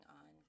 on